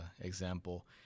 example